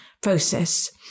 process